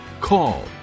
Call